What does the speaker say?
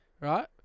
right